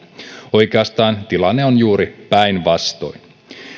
oikeastaan tilanne on juuri päinvastoin